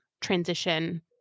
transition